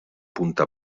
punta